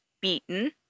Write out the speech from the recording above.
beaten